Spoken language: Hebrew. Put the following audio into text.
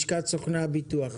לשכת סוכני הביטוח.